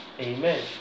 Amen